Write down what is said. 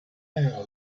air